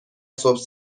صبح